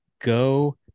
go